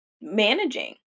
managing